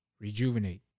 rejuvenate